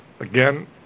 Again